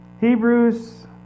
Hebrews